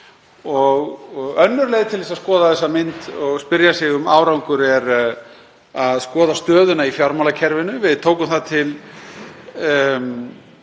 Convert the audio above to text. Önnur leið til að skoða þessa mynd og spyrja sig um árangur er að skoða stöðuna í fjármálakerfinu. Við tókum það til